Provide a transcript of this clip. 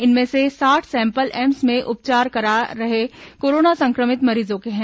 इनमें से साठ सैंपल एम्स में उपचार करा रहे कोरोना संक्रमित मरीजों के हैं